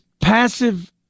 passive